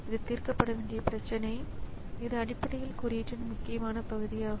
இப்போது அதை தவிர பல எண்ணிக்கையிலான உபகரணங்கள் இணைக்கப் பட்டுள்ளன